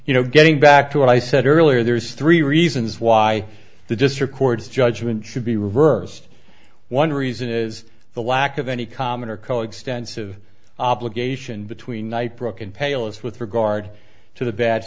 you know getting back to what i said earlier there's three reasons why the just records judgment should be reversed one reason is the lack of any common or coextensive obligation between night broken palest with regard to the bad